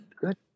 Good